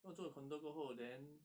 then 我住了 condo 过后 then